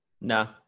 no